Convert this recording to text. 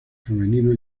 femenino